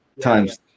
times. –